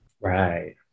right